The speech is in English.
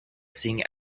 sing